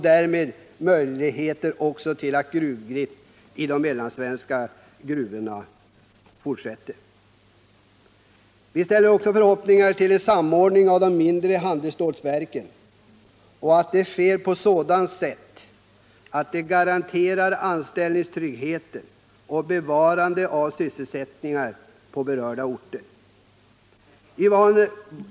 Därmed skulle också fortsatt gruvdrift i de mellansvenska gruvorna möjliggöras. Vi hoppas också på en samordning av de mindre handelsstålverken och hoppas att den sker på sådant sätt att den garanterar anställningstrygghet och bevarande av sysselsättning på berörda orter.